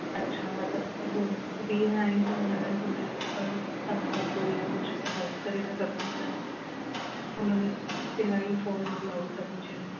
अछा मतिलबु हो वीअ आइन त हुन हुन पंद्रहं सौ या कुझु अगरि करे था सघो हुन लाइ हुन में सिलाई फॉल ऐं ब्लाउज सभु हुजे